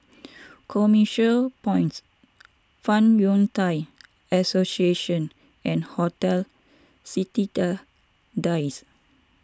Commercial Points Fong Yun Thai Association and Hotel Citedadines